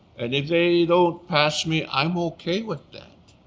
and if they don't pass me, i'm okay with that.